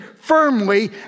firmly